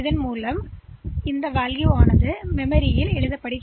எனவே இதன் விளைவாக மதிப்பு மெமரித்தில் எழுதப்படும்